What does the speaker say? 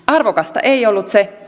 arvokasta ei ollut se